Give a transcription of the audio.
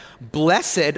blessed